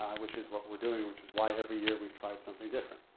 which is what we're doing. which is why, every year, we've tried something different.